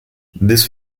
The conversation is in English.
this